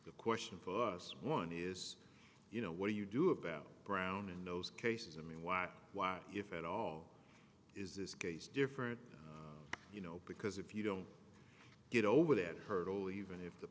the question for us one is you know what do you do about brown in those cases i mean why why if at all is this case different you know because if you don't get over that hurdle even if the